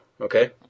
okay